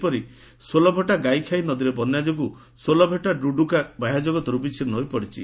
ସେହିପରି ସାଲେଭଟା ଗାଇଖାଇ ନଦୀରେ ବନ୍ୟା ଯୋଗୁଁ ସାଲେଭଟା ଡୁଡୁକା ବାହ୍ୟଜଗତରୁ ବିଛିନ୍ନ ହୋଇଯାଇଛି